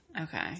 Okay